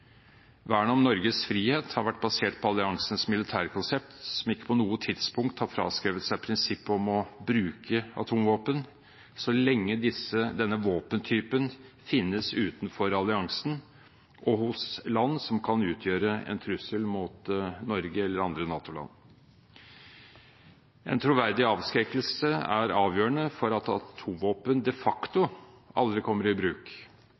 om Norges frihet har vært basert på alliansens militærkonsept, som ikke på noe tidspunkt har fraskrevet seg prinsippet om å bruke atomvåpen, så lenge denne våpentypen finnes utenfor alliansen og hos land som kan utgjøre en trussel mot Norge eller andre NATO-land. En troverdig avskrekkelse er avgjørende for at atomvåpen de facto aldri kommer i bruk,